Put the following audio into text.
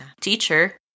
teacher